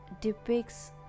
depicts